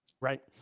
Right